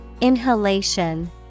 Inhalation